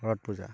শৰৎ পূজা